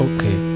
Okay